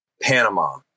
Panama